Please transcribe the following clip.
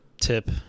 tip